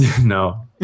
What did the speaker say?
No